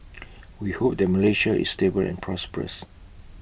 we hope that Malaysia is stable and prosperous